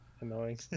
annoying